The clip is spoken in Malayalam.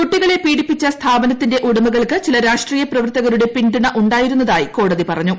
കുട്ടികളെ പീഡിപ്പിച്ച സ്ഥാപനത്തിന്റെ ഉടമകൾക്ക് ചില രാഷ്ട്രീയ പ്രവർത്തകരുടെ പിന്തുണ ഉണ്ടായിരുന്നതായി കോടതി പറഞ്ഞു